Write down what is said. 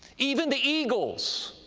even the eagles,